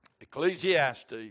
Ecclesiastes